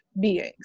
beings